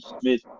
Smith